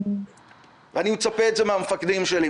אני מצפה לזה מהמפקדים שלי,